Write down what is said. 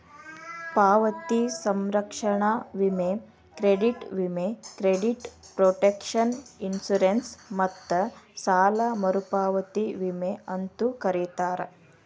ಪಾವತಿ ಸಂರಕ್ಷಣಾ ವಿಮೆ ಕ್ರೆಡಿಟ್ ವಿಮೆ ಕ್ರೆಡಿಟ್ ಪ್ರೊಟೆಕ್ಷನ್ ಇನ್ಶೂರೆನ್ಸ್ ಮತ್ತ ಸಾಲ ಮರುಪಾವತಿ ವಿಮೆ ಅಂತೂ ಕರೇತಾರ